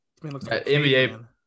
NBA